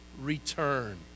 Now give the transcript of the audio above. return